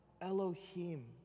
Elohim